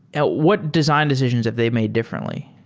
at what design decisions that they've made differently?